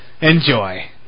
Enjoy